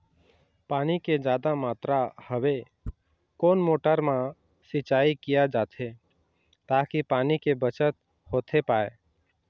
पानी के जादा मात्रा हवे कोन मोटर मा सिचाई किया जाथे ताकि पानी के बचत होथे पाए?